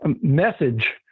message